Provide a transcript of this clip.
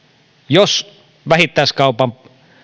jos vähittäiskaupan